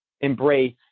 embrace